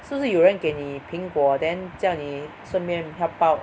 是不是有人给你苹果 then 叫你顺便 help out